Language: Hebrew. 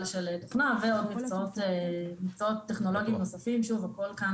של תוכנה ועוד מקצועות טכנולוגיים נוספים,